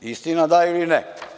Istina, da ili ne?